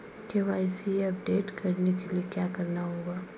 KYC update करने के लिए क्या करना होगा?